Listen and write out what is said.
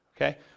okay